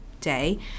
day